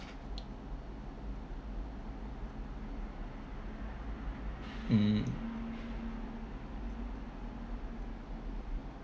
mm